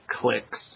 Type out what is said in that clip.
clicks